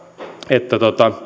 että